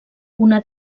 una